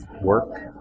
work